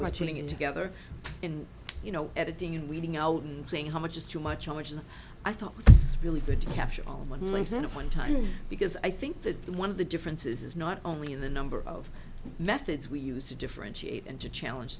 watching it together and you know editing and weeding out and saying how much is too much how much and i thought this really did capture all muslims in one time because i think that one of the differences is not only in the number of methods we use to differentiate and to challenge